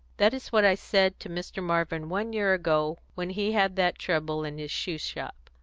that is what i said to mr. marvin one year ago, when he had that trouble in his shoe shop.